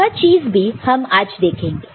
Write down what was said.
वह चीज भी हम आज देखेंगे